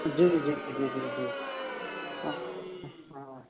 جی جی جی جی ہاں ہاں